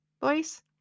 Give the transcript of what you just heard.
voice